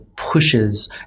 pushes